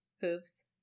Hooves